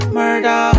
Murder